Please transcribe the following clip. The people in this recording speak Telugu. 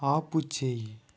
ఆపుచేయి